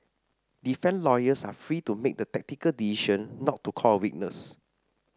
defence lawyers are free to make the tactical decision not to call a witness